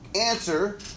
answer